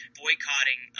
boycotting